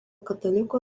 katalikų